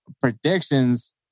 predictions